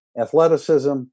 athleticism